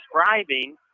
describing